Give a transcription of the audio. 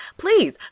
Please